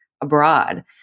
abroad